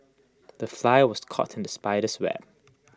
the fly was caught in the spider's web